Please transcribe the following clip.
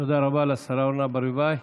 תודה רבה לשרה אורנה ברביבאי.